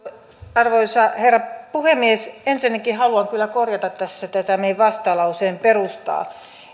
arvoisa herra puhemies ensinnäkin haluan kyllä korjata tässä meidän vastalauseemme perustaa